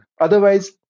Otherwise